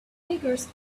figures